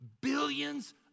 billions